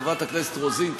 חברת הכנסת רוזין,